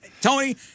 Tony